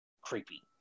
creepy